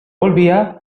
volvía